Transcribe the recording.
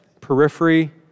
periphery